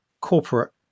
corporate